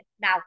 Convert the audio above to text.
now